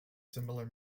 similar